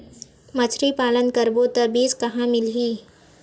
मछरी पालन करबो त बीज कहां मिलही?